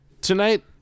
tonight